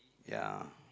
ya